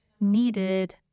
needed